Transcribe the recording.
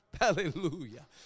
Hallelujah